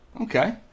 Okay